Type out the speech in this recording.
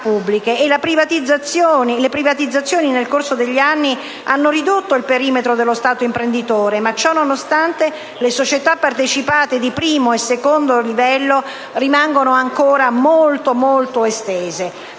le privatizzazioni nel corso degli anni hanno ridotto il perimetro dello Stato imprenditore, ma ciò nonostante le società partecipate di primo e secondo livello rimangono ancora molto, molto estese.